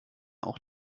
auch